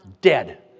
Dead